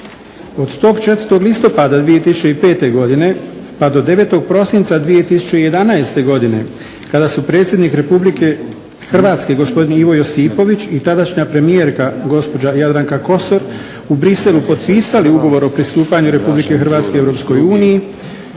Od tog 4. listopada 2005. godine, pa do 9. prosinca 2011. godine kada su predsjednik RH gospodin Ivo Josipović i tadašnja premijerka gospođa Jadranka Kosor u Bruxellesu potpisali ugovor o pristupanju RH EU